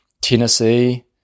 Tennessee